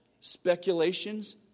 speculations